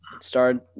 started